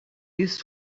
used